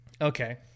Okay